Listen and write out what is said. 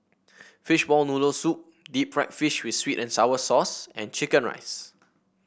Fishball Noodle Soup Deep Fried Fish with sweet and sour sauce and chicken rice